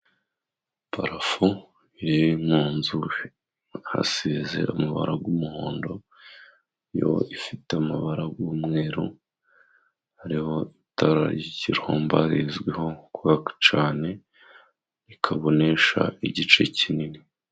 Parafo iri mu nzu ,asize amabara y'umuhondo. Yo ifite amabara y'umweru , hariho itara ry'ikiromba rizwiho kwaka cyane rikabonesha igice kinini.